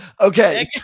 Okay